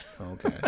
okay